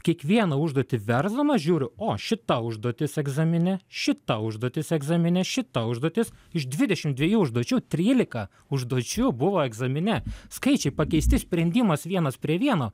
kiekvieną užduotį versdamas žiūriu o šita užduotis egzamine šita užduotis egzamine šita užduotis iš dvidešim dviejų užduočių trylika užduočių buvo egzamine skaičiai pakeisti sprendimas vienas prie vieno